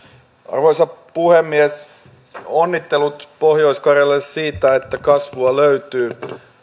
arvoisa puhemies onnittelut pohjois karjalalle siitä että kasvua löytyy